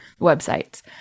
websites